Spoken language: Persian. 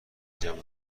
جمع